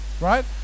right